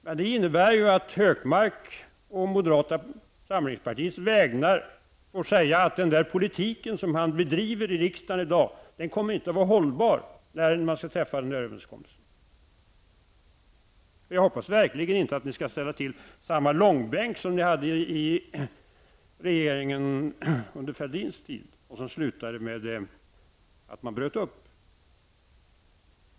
Men det innebär ju att herr Hökmark å moderata samlingspartiets vägnar får säga att den politik som han bedriver i riksdagen i dag inte kommer att vara hållfast när man skall träffa den här överenskommelsen. Jag hoppas verkligen inte att ni skall ställa till med samma långbänk som ni hade i regeringen under Fälldins tid och som slutade med att ni bröt upp.